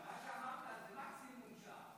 אבל מה שאמרת זה מקסימום שעה.